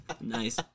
Nice